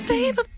Baby